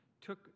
took